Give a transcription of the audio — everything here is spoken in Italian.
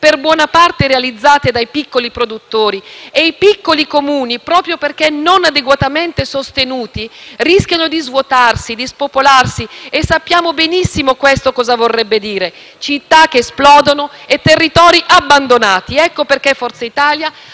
per buona parte realizzate dai piccoli produttori. I piccoli Comuni, però, proprio perché non adeguatamente sostenuti, rischiano di svuotarsi, di spopolarsi e sappiamo benissimo che cosa vorrebbe dire tutto questo, con città che esplodono e territori abbandonati. Per questo motivo Forza Italia